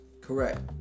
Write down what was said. Correct